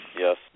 yes